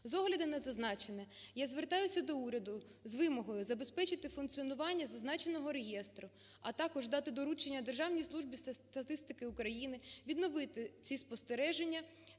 З огляду на зазначене, я звертаюся до уряду з вимогою забезпечити функціонування зазначеного реєстру. А також дати доручення Державній службі статистики України відновити ці спостереження